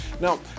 Now